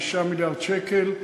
9 מיליארד שקל,